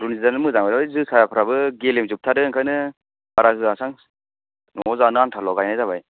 रनजितआनो मोजां ओइ जोसाफ्राबो गेलेमजोबथारो ओंखायनो बारा होआसां न'आव जानो आनथाल' गायनाय जाबाय